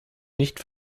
nicht